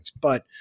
but-